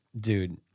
Dude